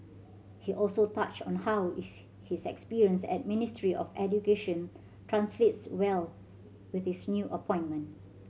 he also touched on how his experience at Ministry of Education translates well with his new appointment